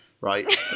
right